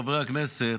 חברי הכנסת,